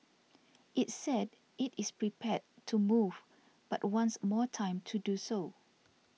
it said it is prepared to move but wants more time to do so